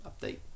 update